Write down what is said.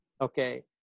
Okay